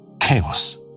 chaos